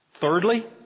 Thirdly